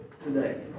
today